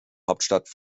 hauptstadt